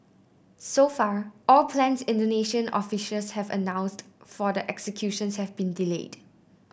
so far all plans Indonesian officials have announced for the executions have been delayed